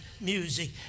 music